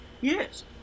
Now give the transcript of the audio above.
Yes